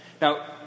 Now